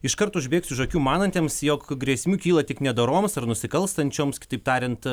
iškart užbėgti už akių manantiems jog grėsmių kyla tik nedoroms ar nusikalstančiam kitaip tariant